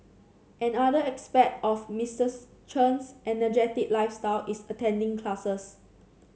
another aspect of Mistress Chen's energetic lifestyle is attending classes